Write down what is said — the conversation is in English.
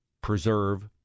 preserve